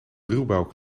ruwbouw